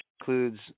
includes